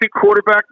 quarterback